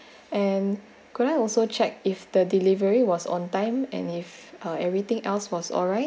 and could I also check if the delivery was on time and if ah everything else was alright